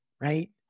right